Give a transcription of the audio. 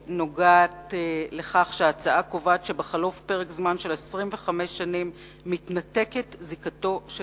נוגעת לכך שההצעה קובעת שבחלוף פרק הזמן של 25 השנים מתנתקת זיקתו של